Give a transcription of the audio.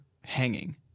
hanging